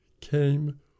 came